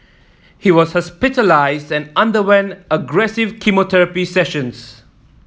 he was hospitalised and underwent aggressive chemotherapy sessions